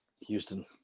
Houston